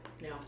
No